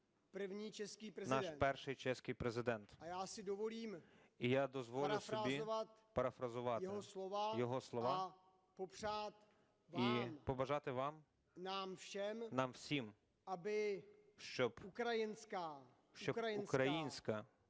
наш перший чеський Президент. І я дозволю собі перефразувати його слова і побажати вам, нам всім, щоб українська